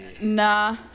Nah